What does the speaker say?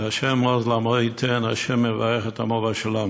וה' עוז לעמו ייתן, ה' יברך את עמו בשלום.